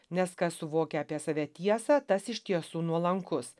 nes kas suvokia apie save tiesą tas iš tiesų nuolankus